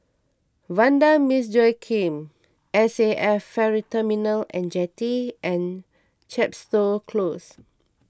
Vanda Miss Joaquim S A F Ferry Terminal and Jetty and Chepstow Close